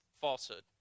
falsehood